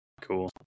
Cool